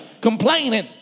complaining